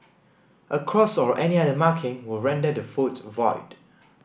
a cross or any other marking will render the vote void